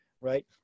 right